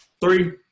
Three